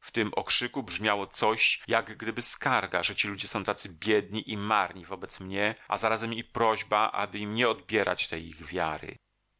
w tym okrzyku brzmiało coś jak gdyby skarga że ci ludzie są tacy biedni i marni wobec mnie a zarazem i prośba aby im nie odbierać tej ich wiary